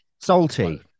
Salty